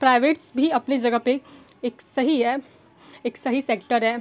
privates भी अपनी जगह पे एक सही है एक सही सेक्टर है